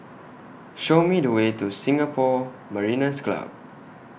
Show Me The Way to Singapore Mariners' Club